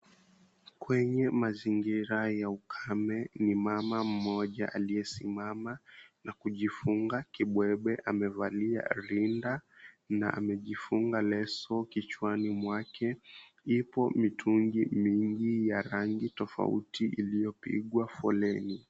Kwenye mazingira ya ukame ni mama mmoja aliyesimama na kujifunga kibwebwe. Amevalia rinda na amejifunga leso kichwani mwake. Ipo mitungi mingi ya rangi tofauti iliyopigwa foleni.